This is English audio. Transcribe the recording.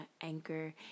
Anchor